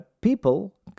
People